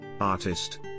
Artist